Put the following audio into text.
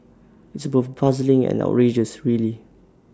it's both puzzling and outrageous really